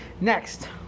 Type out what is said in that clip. Next